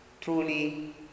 truly